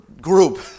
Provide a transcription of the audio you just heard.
group